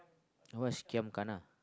what is giam gana